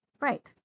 Right